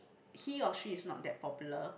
he or she is not that popular